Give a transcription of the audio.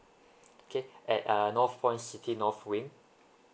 okay at uh northpoint city north wing